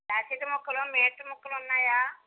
jacket ముక్కలు metre ముక్కలున్నాయా